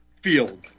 field